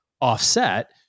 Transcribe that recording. offset